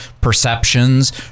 perceptions